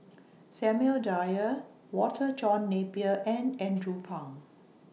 Samuel Dyer Walter John Napier and Andrew Phang